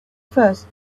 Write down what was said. first